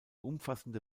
umfassende